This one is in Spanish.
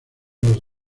los